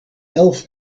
elf